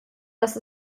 dass